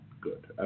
good